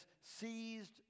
seized